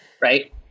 Right